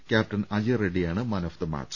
captain അജയ്റെഡിയാണ് man of the match